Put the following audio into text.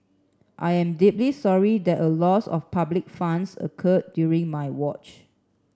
I am deeply sorry that a loss of public funds occurred during my watch